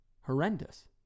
horrendous